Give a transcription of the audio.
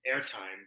airtime